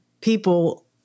people